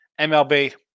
MLB